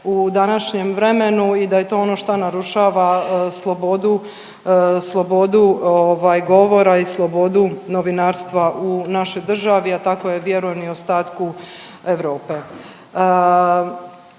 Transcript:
u današnjem vremenu i da je to ono šta narušava slobodu ovaj govora i slobodu novinarstva u našoj državi, a tako je, vjerujem i u ostatku Europe.